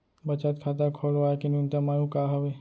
बचत खाता खोलवाय के न्यूनतम आयु का हवे?